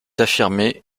affirmé